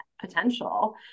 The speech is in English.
potential